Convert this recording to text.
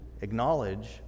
acknowledge